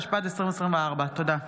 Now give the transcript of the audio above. התשפ"ד 2024. תודה.